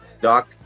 Doc